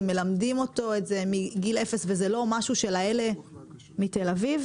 אם מלמדים אותו את זה מגיל אפס וזה לא משהו של "האלה מתל אביב",